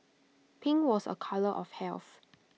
pink was A colour of health